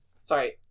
Sorry